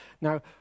Now